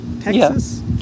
Texas